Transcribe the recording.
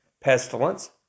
pestilence